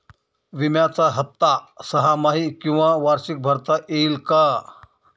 विम्याचा हफ्ता सहामाही किंवा वार्षिक भरता येईल का?